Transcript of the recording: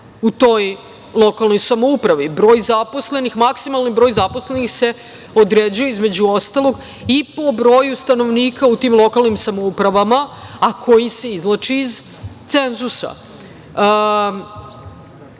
u toj lokalnoj samoupravi, broj zaposlenih, maksimalan broj zaposlenih se određuje uostalom i po broju stanovnika u tim lokalnim samoupravama, a koji se izvlači iz cenzusa,